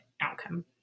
outcome